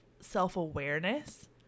self-awareness